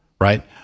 right